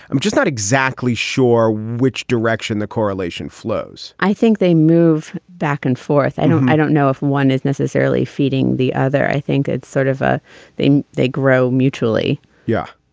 i'm just not exactly sure which direction the correlation flows i think they move back and forth and i don't know if one is necessarily feeding the other. i think it's sort of a they they grow mutually yeah.